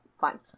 fine